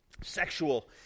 sexual